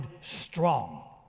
strong